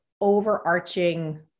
overarching